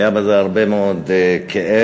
היה בזה הרבה מאוד כאב,